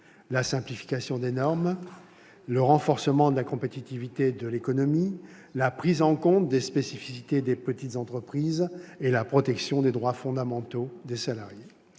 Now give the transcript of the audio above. la simplification des normes, le renforcement de la compétitivité de l'économie, la prise en compte des spécificités des petites entreprises et la protection des droits fondamentaux des salariés.